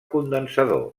condensador